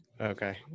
Okay